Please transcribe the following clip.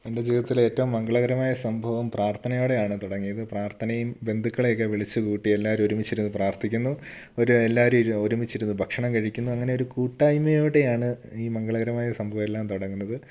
എൻ്റെ ജീവിതത്തിലെ ഏറ്റവും മംഗളകരമായ സംഭവം പ്രാർത്ഥനയോടെയാണ് തുടങ്ങിയത് പ്രാർത്ഥനയും ബന്ധുക്കളെയൊക്കെ വിളിച്ചുകൂട്ടി എല്ലാവരും ഒരുമിച്ചിരുന്ന് പ്രാർത്ഥിക്കുന്നു എല്ലാവരും ഒരുമിച്ചിരുന്ന് ഭക്ഷണം കഴിക്കുന്നു അങ്ങനെ ഒരു കൂട്ടായ്മയിലൂടെയാണ് ഈ മംഗളകരമായ സംഭവമെല്ലാം തുടങ്ങുന്നത്